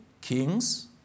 kings